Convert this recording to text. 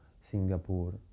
Singapore